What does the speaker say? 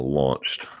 launched